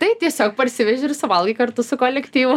tai tiesiog parsiveži ir suvalgai kartu su kolektyvu